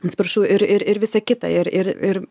atsiprašau ir ir ir visa kita ir ir ir